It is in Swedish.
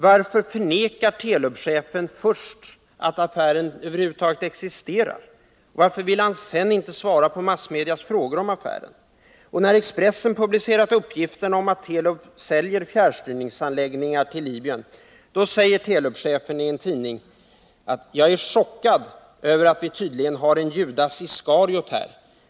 Varför förnekar Telubchefen först att affären över huvud taget existerar? Varför vill han sedan inte svara på massmedias frågor om affären? När Expressen publicerat uppgiften att Telub säljer fjärrstyrningsanläggningar till Libyen sade Telubchefen i en tidning: ”Jag är chockad över att vi tydligen har en Judas Iskariot här.